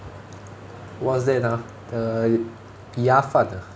what's that ah the err 鸭饭 ah